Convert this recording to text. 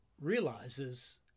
realizes